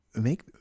Make